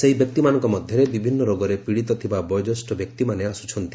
ସେହି ବ୍ୟକ୍ତିମାନଙ୍କ ମଧ୍ୟରେ ବିଭିନ୍ନ ରୋଗରେ ପୀଡ଼ିତ ଥିବା ବୟୋଜ୍ୟେଷ୍ଠ ବ୍ୟକ୍ତିମାନେ ଆସ୍କଚନ୍ତି